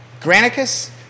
Granicus